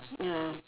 ya